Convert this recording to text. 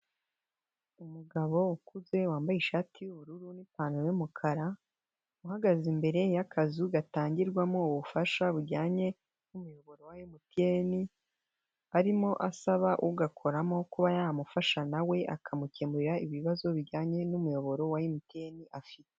Umugabo ukuze wambaye ishati y'ubururu n'ipantaro y'umukara uhagaze imbere y'akazu gatangirwamo ubufasha bujyanye n'umuyoboro wa MTN arimo asaba ugakoramo kuba yamufasha nawe akamukemurira ibibazo bijyanye n'umuyoboro wa MTN afite.